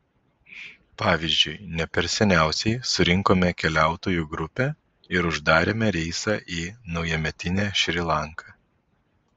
pavyzdžiui ne per seniausiai surinkome keliautojų grupę ir uždarėme reisą į naujametinę šri lanką